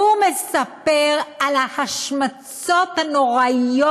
והוא מספר על ההשמצות הנוראות,